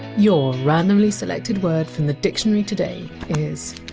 your randomly selected word from the dictionary today is!